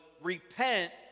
repent